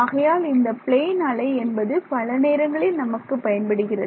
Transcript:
ஆகையால் இந்த பிளேன் அலை என்பது பல நேரங்களில் நமக்கு பயன்படுகிறது